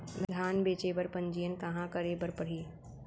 धान बेचे बर पंजीयन कहाँ करे बर पड़ही?